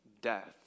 death